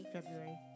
February